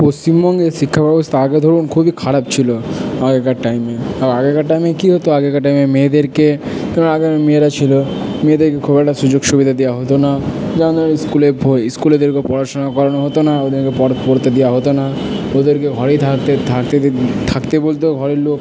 পশ্চিমবঙ্গে শিক্ষাব্যবস্তা আগে ধরুন খুবই খারাপ ছিলো আগেকার টাইমে আর আগেকার টাইমে কি হতো আগেকার টাইমে মেয়েদেরকে মেয়েরা ছিলো মেয়েদেরকে খুব একটা সুযোগ সুবিধা দেওয়া হতো না যেমন ধরুন ইস্কুলে বই ইস্কুলে পড়াশোনা করানো হতো না ওদের পড়তে দেওয়া হতো না ওদেরকে ঘরেই থাকতে থাকতে বলতো ঘরের লোক